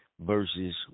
versus